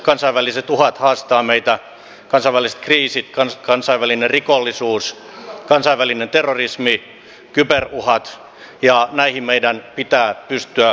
kansainväliset uhat haastavat meitä kansainväliset kriisit kansainvälinen rikollisuus kansainvälinen terrorismi kyberuhat ja näihin meidän pitää pystyä vastaamaan